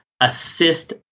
assist